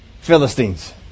Philistines